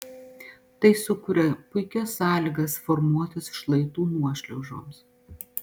tai sukuria puikias sąlygas formuotis šlaitų nuošliaužoms